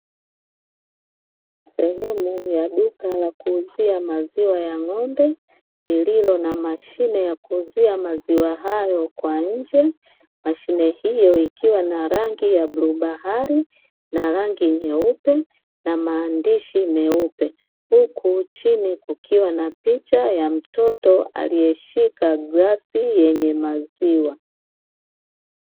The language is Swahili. Sehemu ya duka la kuuzia maziwa ya ng’ombe, lililo na mashine ya kuuzia maziwa hayo kwa nje. Mashine hiyo ikiwa na rangi ya bluu bahari na rangi nyeupe, na maandishi meupe. Huku chini kukiwa na picha ya mtoto aliyeshika glasi yenye maziwa.